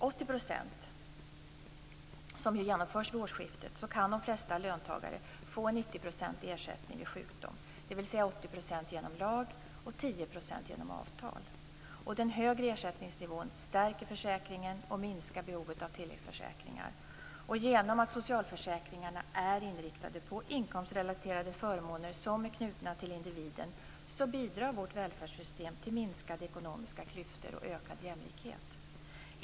80 %, som genomförs vid årsskiftet, kan de flesta löntagare få 90 % i ersättning vid sjukdom, dvs. 80 % genom lag och 10 % genom avtal. Den högre ersättningsnivån stärker försäkringen och minskar behovet av tilläggsförsäkringar. Genom att socialförsäkringarna är inriktade på inkomstrelaterade förmåner som är knutna till individen bidrar vårt välfärdssystem till minskade ekonomiska klyftor och ökad jämlikhet.